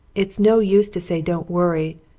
it's no use to say don't worry.